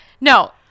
No